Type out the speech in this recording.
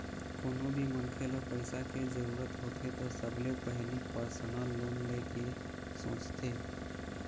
कोनो भी मनखे ल पइसा के जरूरत होथे त सबले पहिली परसनल लोन ले के सोचथे